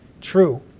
True